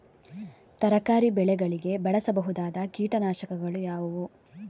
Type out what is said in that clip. ತರಕಾರಿ ಬೆಳೆಗಳಿಗೆ ಬಳಸಬಹುದಾದ ಕೀಟನಾಶಕಗಳು ಯಾವುವು?